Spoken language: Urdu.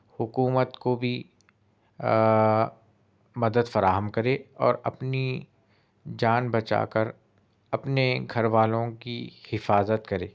حکومت کو بھی مدد فراہم کرے اور اپنی جان بچا کر اپنے گھر والوں کی حفاظت کرے